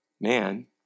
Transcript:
man